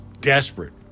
desperate